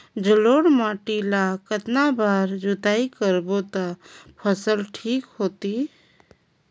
जलोढ़ माटी ला कतना बार जुताई करबो ता फसल ठीक होती?